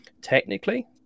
technically